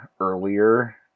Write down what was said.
earlier